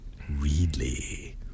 Reedley